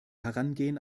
herangehen